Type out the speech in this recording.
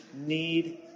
need